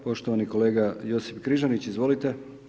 Poštovani kolega Josip Križanić, izvolite.